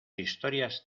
historias